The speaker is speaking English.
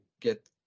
get